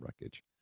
wreckage